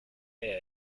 air